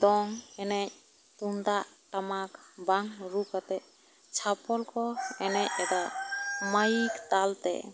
ᱫᱚᱝ ᱮᱱᱮᱡ ᱛᱩᱢᱫᱟᱜ ᱴᱟᱢᱟᱠ ᱵᱟᱝ ᱨᱩ ᱠᱟᱛᱮᱜ ᱪᱷᱟᱯᱚᱞ ᱠᱚ ᱮᱱᱮᱡ ᱮᱫᱟ ᱢᱟᱭᱤᱠ ᱛᱟᱞ ᱛᱮ